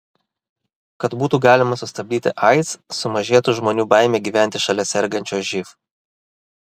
kad būtų galima sustabdyti aids sumažėtų žmonių baimė gyventi šalia sergančio živ